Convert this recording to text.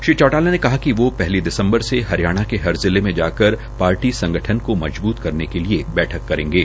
श्री चौटाला ने कहा कि वे पहली दिसम्बर से हरियाणा के हर जिले में जाकर पार्टीसंगठन का मजबूत करने के लिए बैठक करेगे